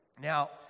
Now